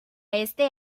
este